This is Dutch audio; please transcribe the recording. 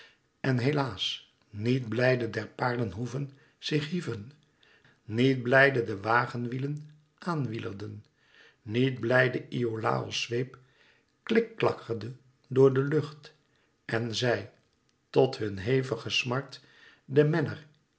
en helaas niet blijde der paarden hoeven zich hieven niet blijde de wagenwielen aan wielerden niet blijde iolàos zweep klikklakkerde door de lucht en zij tot hun hevige smart den menner